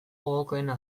gogokoena